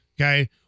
Okay